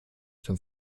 zum